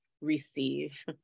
receive